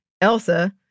elsa